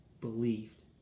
believed